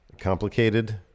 complicated